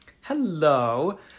Hello